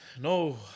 No